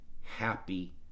happy